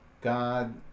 God